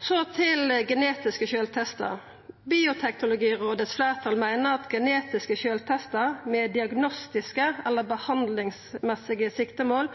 Så til genetiske sjølvtestar: Bioteknologirådets fleirtal meiner at genetiske sjølvtestar med diagnostiske eller behandlingsmessige siktemål